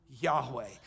Yahweh